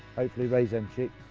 hopefully raise them chicks,